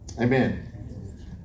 Amen